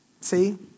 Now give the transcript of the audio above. See